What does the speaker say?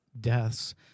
deaths